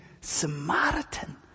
Samaritan